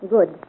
Good